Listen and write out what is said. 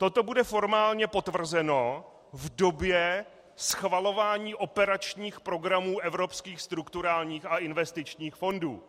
Toto bude formálně potvrzeno v době schvalování operačních programů evropských strukturálních a investičních fondů.